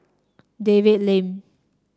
David Lim